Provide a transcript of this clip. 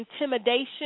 intimidation